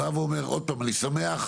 בגלל מדיניות.